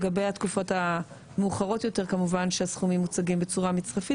לגבי התקופות המאוחרות יותר כמובן שהסכומים מוצגים בצורה מצרפית